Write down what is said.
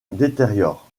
détériore